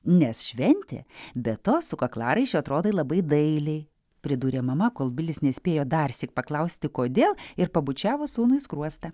nes šventė be to su kaklaraiščiu atrodai labai dailiai pridūrė mama kol bilis nespėjo darsyk paklausti kodėl ir pabučiavo sūnui į skruostą